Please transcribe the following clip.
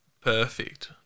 perfect